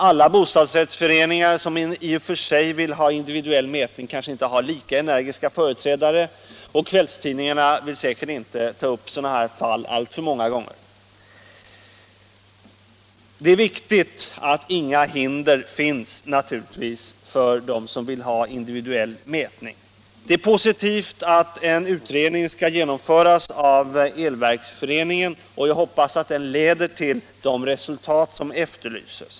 Alla I bostadsrättsföreningar som vill ha individuell mätning kanske inte har lika energiska företrädare, och kvällstidningarna vill säkert inte ta upp sådana här fall alltför många gånger. Det är viktigt att inga hinder finns för den som vill ha individuell mätning. Det är positivt att en utredning skall genomföras av Elverksföreningen, och jag hoppas att den leder till det resultat som efterlyses.